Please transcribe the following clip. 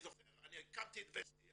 אני הקמתי את וסטי,